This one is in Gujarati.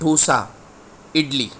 ઢોસા ઈડલી